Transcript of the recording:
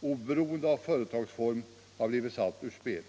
oberoende av företagsform har blivit satt ur spel.